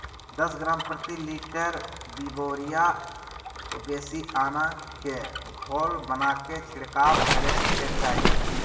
दस ग्राम प्रति litre beauveria bassiana के घोल बनाके छिड़काव करे के चाही